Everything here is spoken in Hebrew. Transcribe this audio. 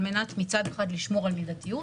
על מנת מצד אחד לשמור על מידתיות,